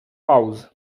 pauz